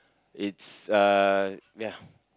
it's uh ya